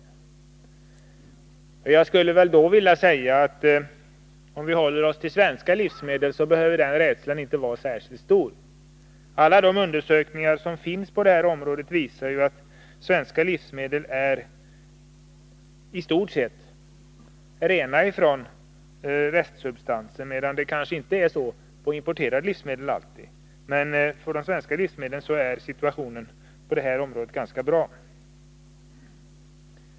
Jag vill hävda att om vi håller oss till svenska livsmedel behöver inte rädslan vara särskilt stor. Alla undersökningar som gjorts på det här området visar att svenska livsmedel är i stort sett rena från restsubstanser medan det kanske inte alltid är fallet med importerade livsmedel. Men för svenska livsmedel är situationen på det här området ganska bra.